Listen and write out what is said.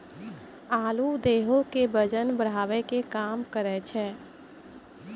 आलू देहो के बजन बढ़ावै के काम करै छै